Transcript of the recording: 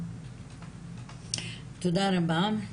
תודה רבה.